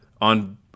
on